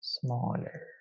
smaller